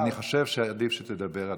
אני חושב שעדיף שתדבר.